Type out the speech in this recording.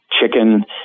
chicken